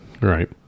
Right